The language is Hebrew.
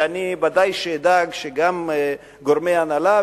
ואני ודאי אדאג שגם גורמי ההנהלה,